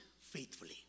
faithfully